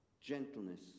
gentleness